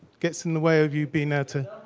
gets in the way of you being there to